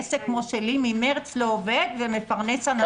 עסק כמו שלי לא עובד מחודש מארס ומפרנס אנשים.